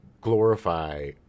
glorify